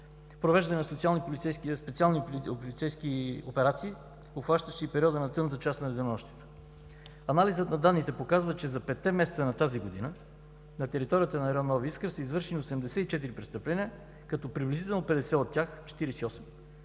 Провеждане на специални полицейски операции, обхващащи периода на активната част на денонощието. Анализът на данните показва, че за петте месеца на тази година на територията на район „Нови Искър“ са извършени 84 престъпления, като приблизително 50% от тях –